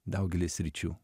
daugely sričių